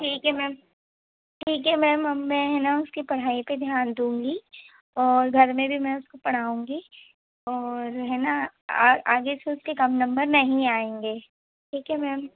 ठीक है मैम ठीक है मैम मैं है ना उसकी पढ़ाई पर ध्यान दूँगी और घर में भी मैं उसको पढ़ाऊँगी और है ना आगे से उसके काम नंबर नहीं आएंगे ठीक है मैम